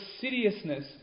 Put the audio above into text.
seriousness